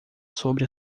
sobre